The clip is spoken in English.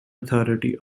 authority